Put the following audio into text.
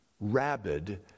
rabid